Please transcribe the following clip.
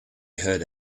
heard